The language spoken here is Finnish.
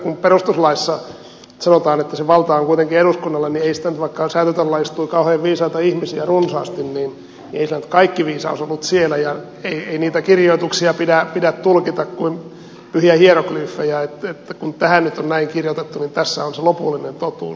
kun perustuslaissa sanotaan että se valta on kuitenkin eduskunnalla niin vaikka säätytalolla istui kauhean viisaita ihmisiä runsaasti niin ei nyt kaikki viisaus ollut siellä ja ei niitä kirjoituksia pidä tulkita kuin pyhiä hieroglyfejä että kun tähän nyt on näin kirjoitettu niin tässä on se lopullinen totuus